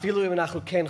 אפילו אם אנחנו כן חוטאים.